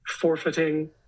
forfeiting